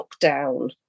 lockdown